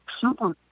Super